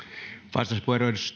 arvoisa puhemies